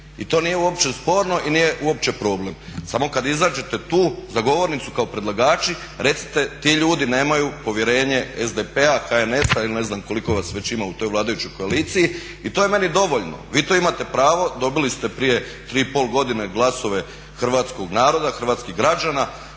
I to nije uopće sporno i nije uopće problem. Samo kad izađete tu za govornicu kao predlagači recite ti ljudi nemaju povjerenje SDP-a, HNS-a ili ne znam koliko vas već ima u toj vladajućoj koaliciji. I to je meni dovoljno. Vi to imate pravo, dobili ste prije 3,5 godine glasove hrvatskog naroda, hrvatskih građana,